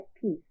peace